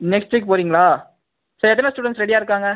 next week போகிறிங்களா சரி எத்தனை ஸ்டூடெண்ட்ஸ் ரெடியாக இருக்காங்கள்